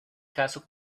caso